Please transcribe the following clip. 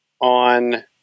on